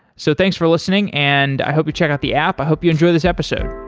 so thanks for listening and i hope you check out the app. i hope you enjoy this episode.